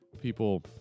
people